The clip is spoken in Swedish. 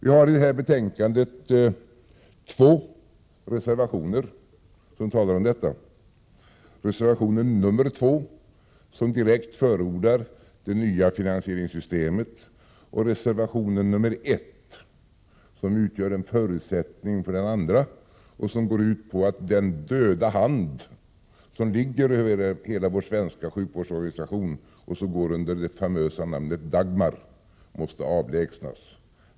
I betänkandet har vi två reservationer som tar upp detta, reservation nr 2 som direkt förordar det nya finansieringssystemet, och reservation nr 1—som utgör en förutsättning för reservation nr 2 — som går ut på att den döda hand som ligger över hela vår svenska sjukvårdsorganisation och som går under det famösa namnet Dagmar måste avlägsnas.